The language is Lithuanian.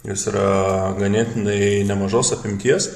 jos yra ganėtinai nemažos apimties